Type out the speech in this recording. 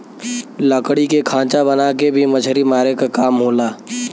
लकड़ी के खांचा बना के भी मछरी मारे क काम होला